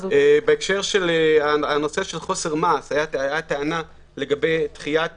בהקשר של הנושא של חוסר מעש עלתה טענה לגבי דחיית